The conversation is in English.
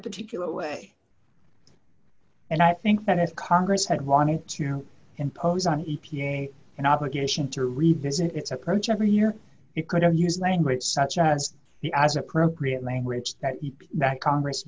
a particular way and i think that if congress had wanted to know impose on e p a an obligation to revisit its approach every year you could have used language such as the as appropriate language that you that congress